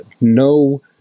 no